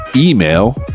email